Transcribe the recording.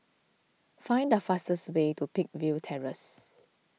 find the fastest way to Peakville Terrace